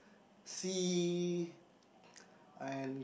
see I'm